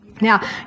Now